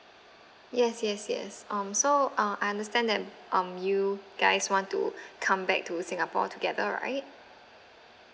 yes yes yes um so uh I understand that um you guys want to come back to singapore together right